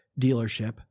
dealership